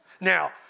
Now